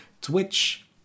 Twitch